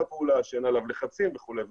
שאין עליו לחצים וכולי וכולי.